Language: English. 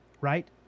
Right